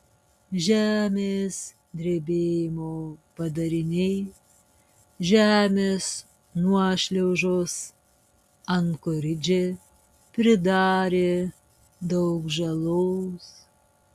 žemės drebėjimo padariniai žemės nuošliaužos ankoridže pridarė daug žalos